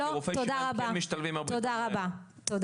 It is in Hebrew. זהר, תודה רבה.